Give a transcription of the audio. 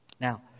Now